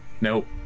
Nope